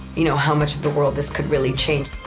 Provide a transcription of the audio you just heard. you know how much of the world this could really change.